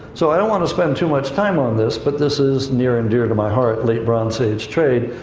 so i don't want to spend too much time on this, but this is near and dear to my heart, late bronze age trade.